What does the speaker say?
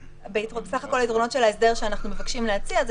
סך הכול היתרונות של ההסדר שאנחנו מבקשים להציע זה